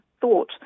thought